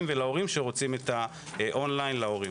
ולהורים שרוצים את האון-ליין להורים.